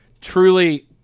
Truly